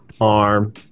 arm